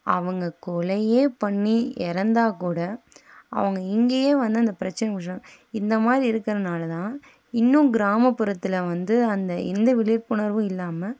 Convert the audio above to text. அவங்க கொலையே பண்ணி இறந்தா கூட அவங்க இங்கேயே வந்து அந்த பிரச்சனைய முடிச்சிடுவாங்க இந்த மாதிரி இருக்குறதுனால தான் இன்னும் கிராமப்புறத்தில் வந்து அந்த இந்த விழிப்புணர்வும் இல்லாமல்